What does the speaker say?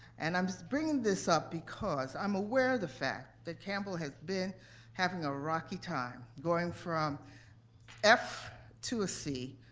and i'm just bringing this up because i'm aware of the fact that campbell has been having a rocky time going from f to a c,